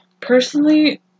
Personally